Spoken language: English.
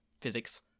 physics